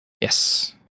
Yes